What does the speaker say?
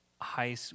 high